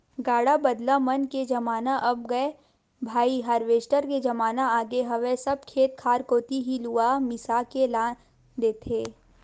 गाड़ा बदला मन के जमाना अब गय भाई हारवेस्टर के जमाना आगे हवय सब खेत खार कोती ही लुवा मिसा के लान देथे